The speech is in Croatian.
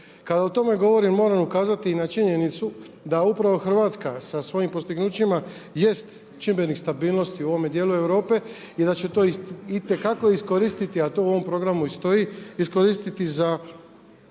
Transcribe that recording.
Kada o tome govorim moram ukazati i na činjenicu da upravo Hrvatska sa svojim postignućima jest čimbenik stabilnosti u ovome dijelu Europe i da će to itekako iskoristiti, a to u ovom programu i stoji, iskoristiti za